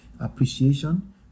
Appreciation